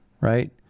right